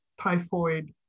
typhoid